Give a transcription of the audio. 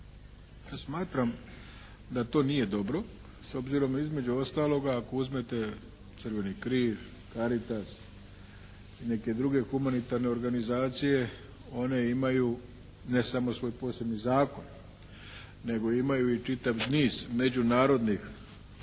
Ja smatram da to nije dobro. S obzirom da između ostaloga ako uzmete Crveni križ, Caritas i neke druge humanitarne organizacije one imaju ne samo svoj posebni zakon nego imaju i čitav niz međunarodnih